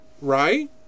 right